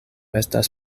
estas